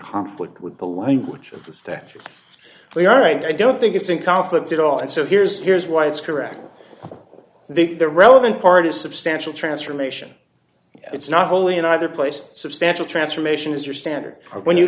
conflict with the language of the statute we are i don't think it's in conflict at all and so here's here's why it's correct they've the relevant part is substantial transformation it's not only in either place substantial transformation is your standard for when you